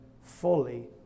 fully